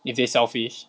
if they selfish